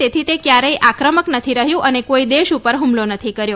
તેથી તે ક્વારેય આક્રમક નથી રહ્યું અને કોઈ દેશ ઉપર હ્મલો નથી કર્યો